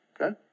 Okay